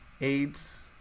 Aids